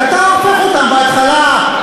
ואני נתקל בעניין הזה יום-יום,